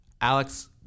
Alex